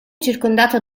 circondato